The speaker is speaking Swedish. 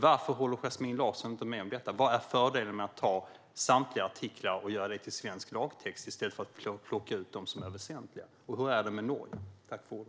Varför håller Yasmine Larsson inte med om detta? Vad är fördelen med att ta samtliga artiklar och göra dem till svensk lagtext i stället för att plocka ut de som är väsentliga? Hur är det med Norge?